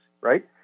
right